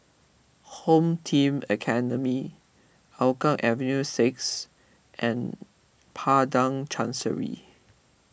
Home Team Academy Hougang Avenue six and Padang Chancery